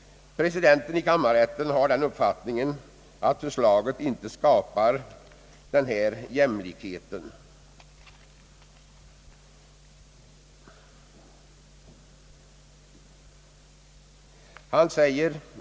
Presidenten i kammarrätten har den uppfattningen att förslaget inte skapar jämlikhet mellan de berörda skattebetalarna.